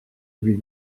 lui